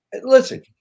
listen